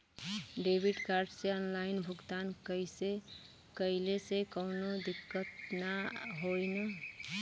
Debit card से online भुगतान कइले से काउनो दिक्कत ना होई न?